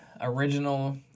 original